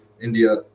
India